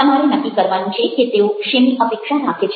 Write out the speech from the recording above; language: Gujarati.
તમારે નક્કી કરવાનું છે કે તેઓ શેની અપેક્ષા રાખે છે